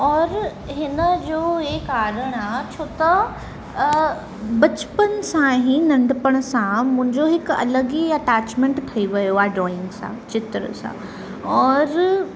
और हिनजो इहो कारणु आहे छो त बचपन सां ही नंढपण सां मुंहिंजो हिकु अलॻि ई अटैचमेंट थी वियो आहे ड्रॉइंग सां चित्र सां और